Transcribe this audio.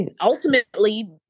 ultimately